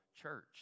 church